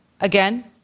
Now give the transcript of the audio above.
again